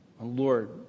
Lord